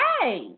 Hey